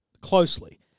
closely